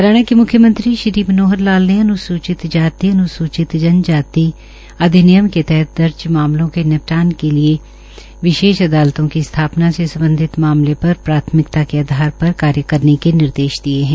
हरियाणा के मुख्यमंत्री श्री मनोहर लाल ने अन्सूचित जाति अन्सूचित जनजाति अत्याचार रोकथाम अधिनियम के तहत दर्ज मामलों के निपटान के लिए विशेष अदालतों की स्थापना से संबंधित मामले पर प्राथमिकता के आधार पर कार्य करने के निर्देश दिए है